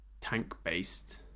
Tank-based